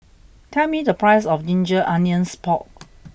tell me the price of Ginger Onions Pork